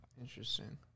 interesting